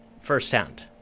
firsthand